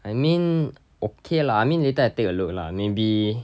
I mean okay lah I mean later I take a look lah maybe